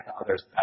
others